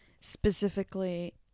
specifically